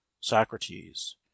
socrates